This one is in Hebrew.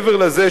מעבר לזה,